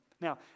Now